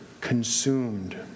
consumed